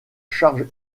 charge